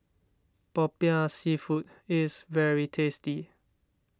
Popiah Seafood is very tasty